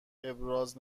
ابراز